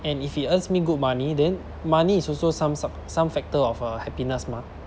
and if it earns me good money then money is also some so~ some factor of uh happiness mah